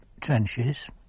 trenches